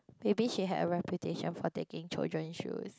maybe he had a reputation for taking children shoes